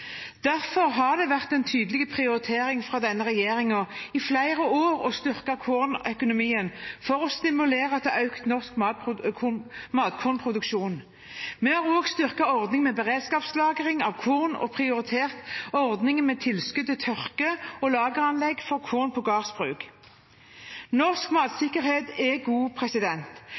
Derfor har det vært en tydelig prioritering fra denne regjeringen i flere år å styrke kornøkonomien for å stimulere til økt norsk matkornproduksjon. Vi har også styrket ordningen med beredskapslagring av korn og prioritert ordningen med tilskudd til tørke- og lageranlegg for korn på gårdsbruk. Norsk matsikkerhet er god.